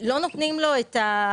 שלא נותנים לו את ההקצאה,